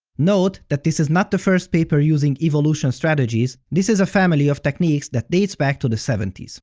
note that this is not the first paper using evolution strategies this is a family of techniques that dates back to the seventy s.